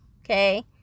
Okay